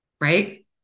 right